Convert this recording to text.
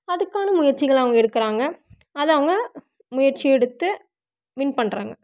அதுக்கான முயற்சிகள் அவங்க எடுக்கிறாங்க அதை அவங்க முயற்சி எடுத்து வின் பண்ணுறாங்க